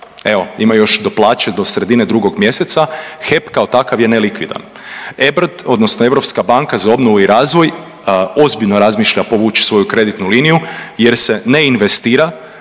Evo ima još do plaće do sredine 2. mjeseca, HEP kao takav je nelikvidan. EBRD odnosno Europska banka za obnovu i razvoj ozbiljno razmišlja povući svoju kreditnu liniju jer se ne investira.